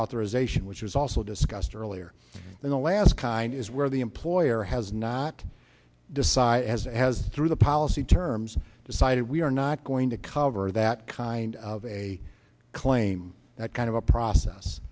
preauthorization which was also discussed earlier than the last kind is where the employer has not decided as it has through the policy terms decided we are not going to cover that kind of a claim that kind of a process